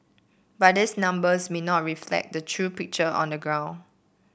but these numbers may not reflect the true picture on the ground